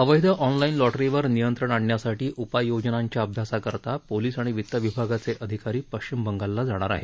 अवैध ऑनलाईन लॉटरीवर नियंत्रण आणण्यासाठी उपाययोजनांच्या अभ्यासाकरता पोलीस आणि वितविभागाचे अधिकारी पश्चिम बंगालला जाणार आहेत